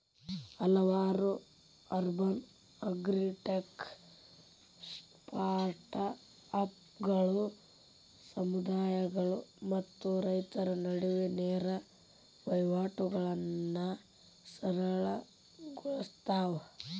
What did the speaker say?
ಹಲವಾರು urban agritech ಸ್ಟಾರ್ಟ್ಅಪ್ಗಳು ಸಮುದಾಯಗಳು ಮತ್ತು ರೈತರ ನಡುವೆ ನೇರ ವಹಿವಾಟುಗಳನ್ನಾ ಸರಳ ಗೊಳ್ಸತಾವ